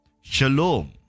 Shalom